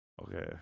okay